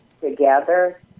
together